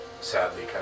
sadly